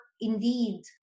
indeed